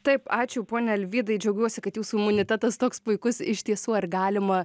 taip ačiū pone alvydai džiaugiuosi kad jūsų imunitetas toks puikus iš tiesų ar galima